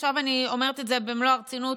עכשיו אני אומרת את זה במלוא הרצינות,